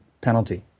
penalty